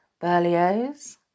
Berlioz